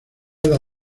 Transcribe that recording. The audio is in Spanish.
edad